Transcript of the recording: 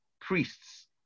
priests